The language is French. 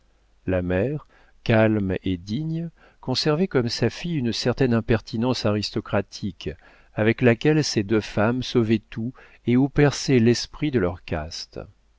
la mère calme et digne conservait comme sa fille une certaine impertinence aristocratique avec laquelle ces deux femmes sauvaient tout et où perçait l'esprit de leur caste